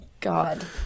God